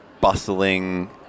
bustling